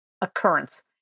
occurrence